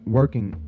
working